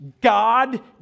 god